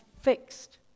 fixed